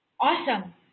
Awesome